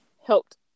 Helped